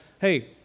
hey